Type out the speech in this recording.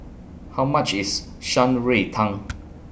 How much IS Shan Rui Tang